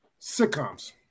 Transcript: sitcoms